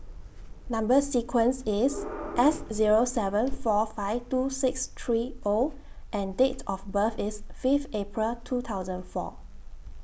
Number sequence IS S Zero seven four five two six three O and Date of birth IS Fifth April two thousand and four